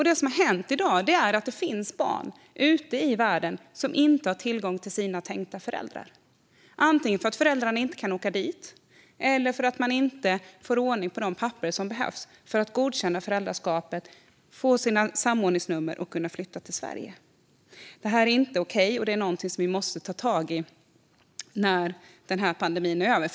Det som har hänt i dag är att det finns barn i världen som inte har tillgång till sina tänkta föräldrar, antingen därför att föräldrarna inte kan åka dit eller därför att man inte får ordning på de papper som behövs för att godkänna föräldraskapet, få samordningsnummer och kunna flytta till Sverige. Detta är inte okej utan något som vi måste ta tag i när pandemin är över.